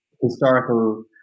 historical